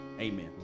Amen